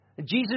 Jesus